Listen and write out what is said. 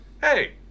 hey